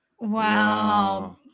Wow